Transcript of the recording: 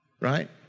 right